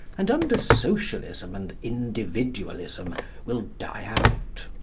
and under socialism and individualism will die out.